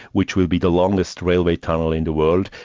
which will be the longest railway tunnel in the world,